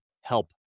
help